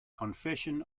confession